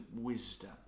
wisdom